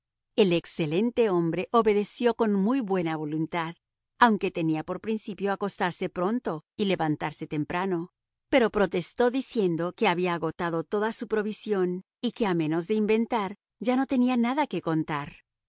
el excelente hombre obedeció con muy buena voluntad aunque tenía por principio acostarse pronto y levantarse temprano pero protestó diciendo que había agotado toda su provisión y que a menos de inventar ya no tenía nada que contar